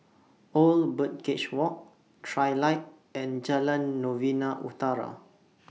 Old Birdcage Walk Trilight and Jalan Novena Utara